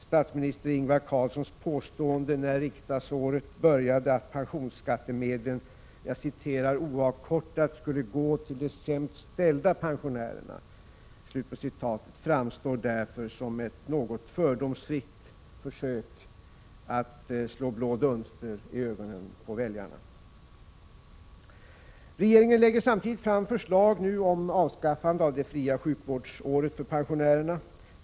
Statsminister Ingvar Carlssons påstående när riksdagsåret började, att pensionsskattemedlen ”oavkortat skulle gå till de sämst ställda pensionärerna”, framstår därför som ett något fördomsfritt försök att slå blå dunster i ögonen på väljarna. Regeringen lägger samtidigt fram förslag om avskaffande av det fria sjukhusvårdsåret för pensionärerna.